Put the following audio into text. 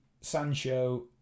Sancho